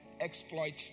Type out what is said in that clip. exploit